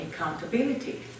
accountability